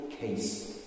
case